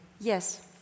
Yes